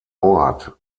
ort